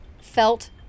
felt